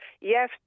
Yes